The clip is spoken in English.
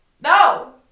No